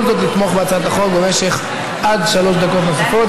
זאת לתמוך בהצעת החוק במשך עד שלוש דקות נוספות.